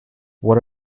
what